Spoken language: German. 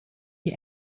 die